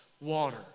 water